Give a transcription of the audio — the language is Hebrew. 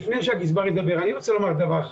לפני שהגזבר ידבר אני רוצה לומר דבר אחד.